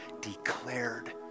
declared